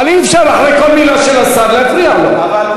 אבל אי-אפשר אחרי כל מילה של השר להפריע לו.